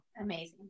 Amazing